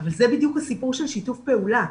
אבל זה בדיוק הסיפור של שיתוף פעולה.